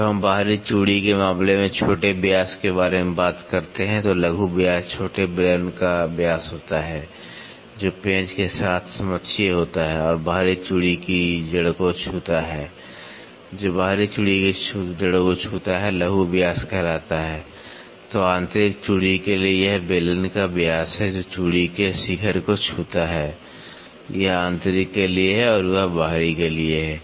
जब हम बाहरी चूड़ी के मामले में छोटे व्यास के बारे में बात करते हैं तो लघु व्यास छोटे बेलन का व्यास होता है जो पेंच के साथ समाक्षीय होता है और बाहरी चूड़ी की जड़ को छूता है जो बाहरी चूड़ी की जड़ों को छूता है लघु व्यास कहलाता है तो आंतरिक चूड़ी के लिए यह बेलन का व्यास है जो चूड़ी के शिखर के शिखर को छूता है यह आंतरिक के लिए है और वह बाहरी के लिए है